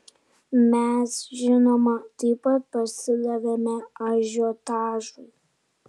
mes žinoma taip pat pasidavėme ažiotažui